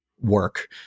work